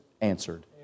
answered